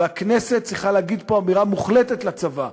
והכנסת צריכה להגיד פה אמירה מוחלטת לצבא.